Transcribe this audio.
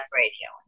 radio